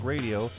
Radio